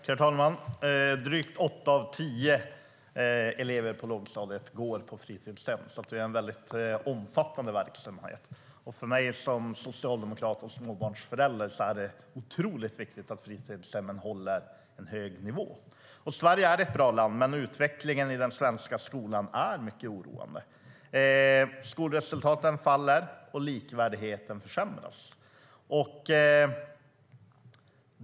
Herr talman! Drygt åtta av tio elever på lågstadiet går på fritidshem, så det är en mycket omfattande verksamhet. För mig som socialdemokrat och småbarnsförälder är det otroligt viktigt att fritidshemmen håller en håg nivå. Sverige är ett bra land, men utvecklingen i den svenska skolan är mycket oroande. Skolresultaten faller, och likvärdigheten försämras.